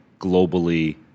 globally